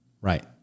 Right